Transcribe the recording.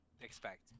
expect